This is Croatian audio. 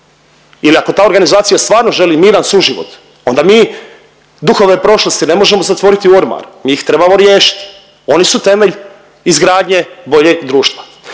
ili ako ta organizacija stvarno želi miran suživot onda mi duhove prošlosti ne možemo zatvoriti u ormar, mi ih trebamo riješiti oni su temelj izgradnje boljeg društva.